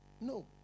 No